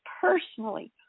personally